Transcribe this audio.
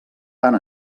tant